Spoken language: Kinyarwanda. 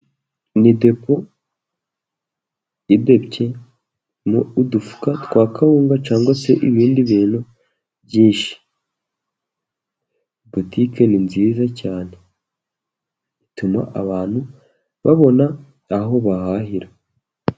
Ni depo idepyemo udufuka twa kawunga, cyangwa se ibindi bintu byinshi. Butike ni nziza cyane. Ituma abantu babona aho bahahira.